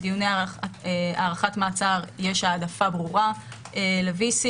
בדיוני הארכת מעצר יש העדפה ברורה ל-VC.